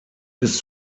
ist